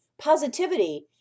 positivity